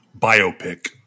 biopic